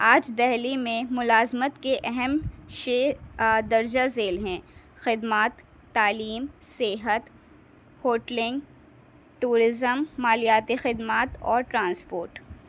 آج دلی میں ملازمت کے اہم شیر درجہ ذیل ہیں خدمات تعلیم صحت ہوٹلنگ ٹورزم مالیاتی خدمات اور ٹرانسپورٹ